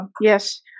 Yes